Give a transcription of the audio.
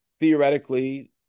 Theoretically